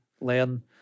learn